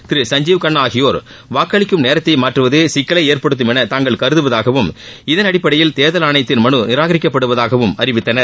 திரு சஞ்சீவ் கண்ணா ஆகியோர் வாக்களிக்கும் நேரத்தை மாற்றுவது சிக்கலை ஏற்படுத்தும் என தாங்கள் கருதுவதாகவும் இதன் அடிப்படையில் தேர்தல் ஆணையத்தின் மனு நிராகரிக்கப்படுவதாகவும் அறிவித்தனர்